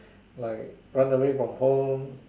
like run away from home